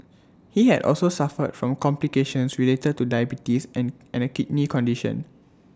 he had also suffered from complications related to diabetes and and A kidney condition